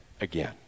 again